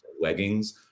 leggings